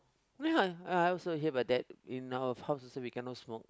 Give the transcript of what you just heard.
ya I also hear about in our house also we cannot smoke